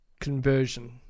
conversion